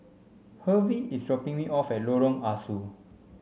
Hervey is dropping me off at Lorong Ah Soo